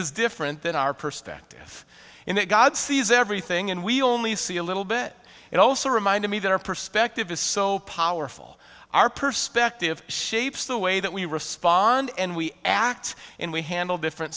is different than our perspective in that god sees everything and we only see a little bit it also reminded me that our perspective is so powerful our perspective shapes the way that we respond and we act and we handle different